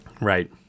Right